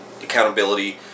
accountability